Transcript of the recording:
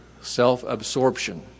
Self-absorption